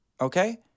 okay